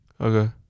Okay